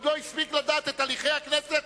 עוד לא הספיק לדעת את הליכי הכנסת,